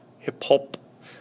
hip-hop